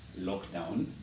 lockdown